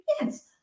Yes